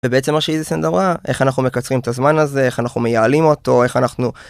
בעצם משהי סנדרה איך אנחנו מקצרים את הזמן הזה איך אנחנו מייעלים אותו איך אנחנו.